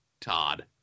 Todd